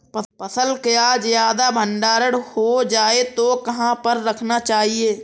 फसल का ज्यादा भंडारण हो जाए तो कहाँ पर रखना चाहिए?